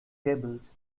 tables